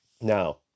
Now